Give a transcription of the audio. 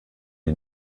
die